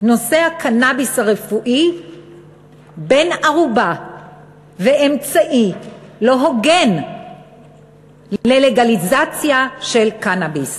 נושא הקנאביס הרפואי בן-ערובה ואמצעי לא הוגן ללגליזציה של קנאביס,